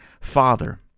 father